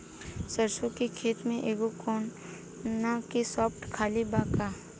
सरसों के खेत में एगो कोना के स्पॉट खाली बा का?